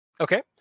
okay